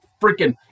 freaking